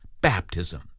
baptism